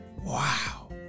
Wow